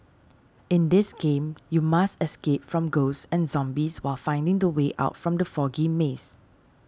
in this game you must escape from ghosts and zombies while finding the way out from the foggy maze